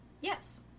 Yes